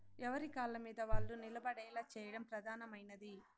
ఎవరి కాళ్ళమీద వాళ్ళు నిలబడేలా చేయడం ప్రధానమైనది